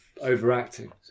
overacting